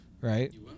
Right